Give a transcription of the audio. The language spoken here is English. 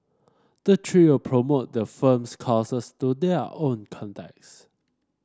the trio promote the firm's courses to their own contacts